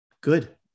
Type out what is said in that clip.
Good